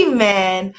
Amen